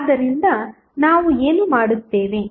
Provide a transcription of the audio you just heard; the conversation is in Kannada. ಆದ್ದರಿಂದ ನಾವು ಏನು ಮಾಡುತ್ತೇವೆ